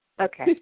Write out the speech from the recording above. okay